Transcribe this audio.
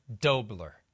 Dobler